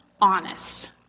honest